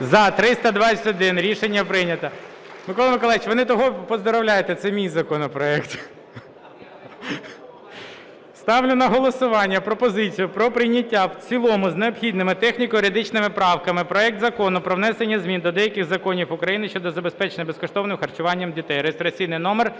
За-321 Рішення прийнято. Микола Миколайович, ви не того поздоровляєте, це мій законопроект. Ставлю на голосування пропозицію про прийняття в цілому з необхідними техніко-юридичними правками проект Закону про внесення змін до деяких законів України щодо забезпечення безкоштовним харчуванням дітей (реєстраційний номер